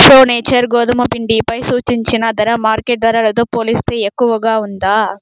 pro nature గోధుమ పిండిపై సూచించిన ధర మార్కెట్ ధరలతో పోలిస్తే ఎక్కువగా ఉందా